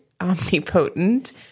omnipotent